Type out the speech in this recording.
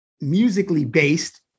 musically-based